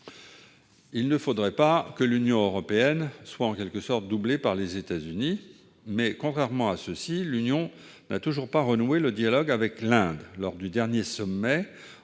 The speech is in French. Il ne faudrait pas que l'Union européenne soit en quelque sorte doublée par les États-Unis, mais, contrairement à ceux-ci, elle n'a toujours pas renoué le dialogue avec l'Inde. Lors du dernier sommet